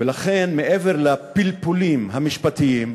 ולכן, מעבר לפלפולים המשפטיים,